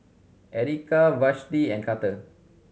Erika Vashti and Karter